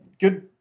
good